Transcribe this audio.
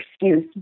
excuse